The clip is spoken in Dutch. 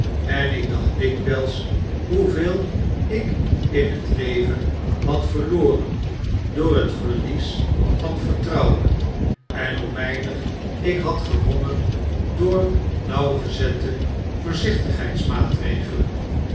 en ik dacht dikwyls hoeveel ik in het leven had verloren door het verlies van vertrouwen en hoe weinig ik had gewonnen door